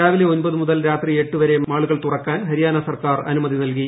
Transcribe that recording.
രാവിലെ ഒൻപത് മുതൽ രാത്രി എട്ട് വരെ മാളുകൾ തുറക്കാൻ ഹരിയാന സർക്കാർ അനുമതി നൽകി